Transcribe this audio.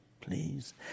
please